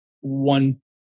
one